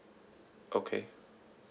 okay